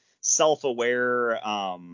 self-aware